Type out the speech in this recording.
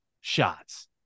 shots